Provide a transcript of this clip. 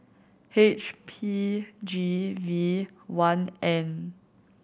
H P G V one N